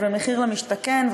ומחיר למשתכן,